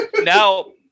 now